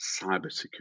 cybersecurity